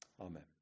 Amen